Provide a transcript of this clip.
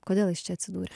kodėl jis čia atsidūrė